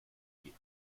die